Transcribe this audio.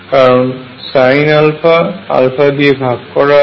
কারণ Sinα দিয়ে ভাগ করা আছে